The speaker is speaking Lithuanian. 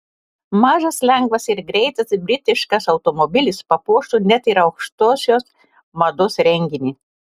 mažas lengvas ir greitas britiškas automobilis papuoštų net ir aukštosios mados renginį